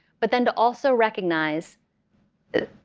but then to also recognize that